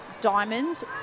Diamonds